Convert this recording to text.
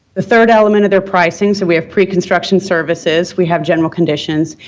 the third element of their pricing so, we have pre-construction services. we have general conditions,